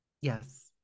Yes